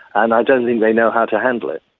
and i don't think they know how to handle it.